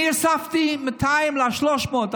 אני הוספתי בין 200 ל-300 מיליון,